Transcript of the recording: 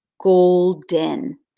golden